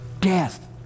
death